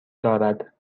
دارد